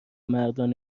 مردان